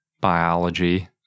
biology